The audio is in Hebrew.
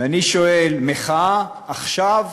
ואני שואל: מחאה עכשיו?